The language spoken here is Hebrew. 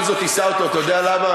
בכל זאת אשא אותו, אתה יודע למה?